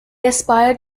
aspired